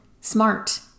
smart